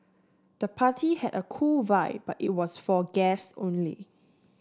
the party had a cool vibe but it was for guest only